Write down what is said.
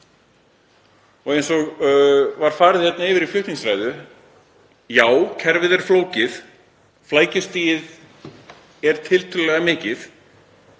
Eins og farið var yfir í flutningsræðu: Já, kerfið er flókið, flækjustigið er tiltölulega mikið.